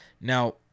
Now